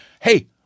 hey